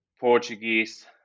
Portuguese